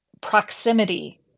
proximity